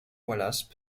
wallace